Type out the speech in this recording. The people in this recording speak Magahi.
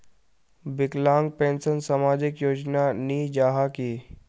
विकलांग पेंशन सामाजिक योजना नी जाहा की?